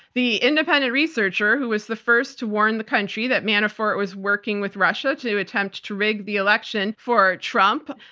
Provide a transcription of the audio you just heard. the independent researcher who was the first to warn the country that manafort was working with russia to attempt to rig the election for trump,